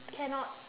cannot